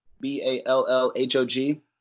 B-A-L-L-H-O-G